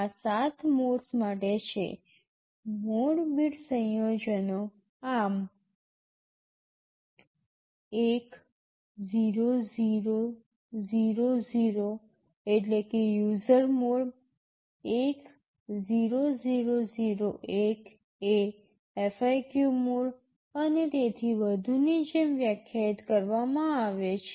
આ ૭ મોડસ માટે mode bit સંયોજનો આ ૧0000 એટલે કે યુઝર મોડ ૧૦૦૦૧ એ FIQ મોડ અને તેથી વધુની જેમ વ્યાખ્યાયિત કરવામાં આવે છે